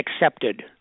accepted